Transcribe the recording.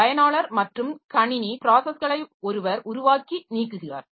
பயனாளர் மற்றும் கணினி ப்ராஸஸ்களை ஒருவர் உருவாக்கி நீக்குகிறார்